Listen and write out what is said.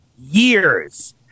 years